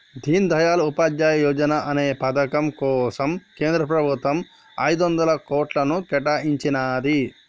దీన్ దయాళ్ ఉపాధ్యాయ యోజనా అనే పథకం కోసం కేంద్ర ప్రభుత్వం ఐదొందల కోట్లను కేటాయించినాది